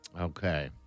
okay